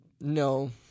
no